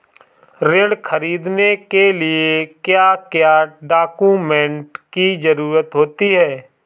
ऋण ख़रीदने के लिए क्या क्या डॉक्यूमेंट की ज़रुरत होती है?